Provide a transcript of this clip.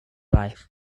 life